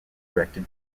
directed